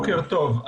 בוקר טוב.